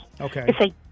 Okay